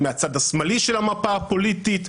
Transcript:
מהצד השמאלי של המפה הפוליטית,